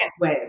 wave